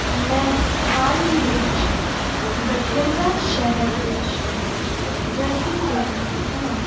ਮੈਂ ਹਾਲ ਹੀ ਵਿੱਚ ਬਠਿੰਡਾ ਸ਼ਹਿਰ ਵਿੱਚ ਰਹਿ ਰਹੀ ਹਾਂ